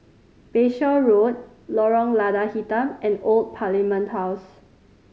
Bayshore Road Lorong Lada Hitam and Old Parliament House